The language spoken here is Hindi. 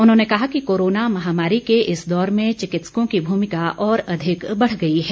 उन्होंने कहा कि कोरोना महामारी के इस दौर में चिकित्सकों की भूमिका और अधिक बढ़ गई है